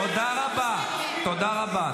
תתבגרו כבר.